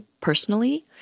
personally